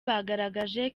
bagaragaje